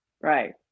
Right